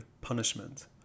punishment